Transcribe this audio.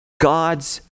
God's